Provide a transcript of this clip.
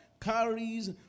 carries